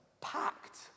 Packed